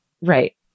Right